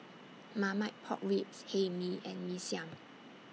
Marmite Pork Ribs Hae Mee and Mee Siam